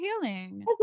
healing